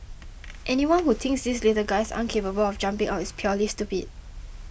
anyone who thinks these little guys aren't capable of jumping out is purely stupid